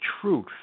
truth